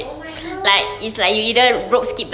oh my god you so pro seh